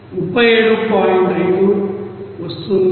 5 వస్తోంది